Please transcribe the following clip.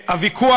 הוויכוח,